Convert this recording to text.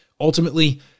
Ultimately